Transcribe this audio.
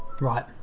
Right